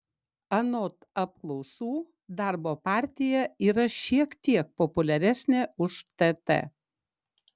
anot apklausų darbo partija yra šiek tiek populiaresnė už tt